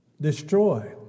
destroy